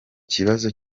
kibazo